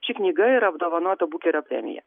ši knyga yra apdovanota bukerio premija